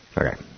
Okay